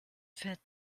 fährt